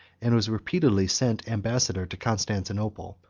and was repeatedly sent ambassador to constantinople,